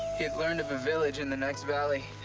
he had learned of a village in the next valley.